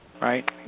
right